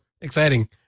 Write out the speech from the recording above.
Exciting